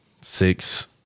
six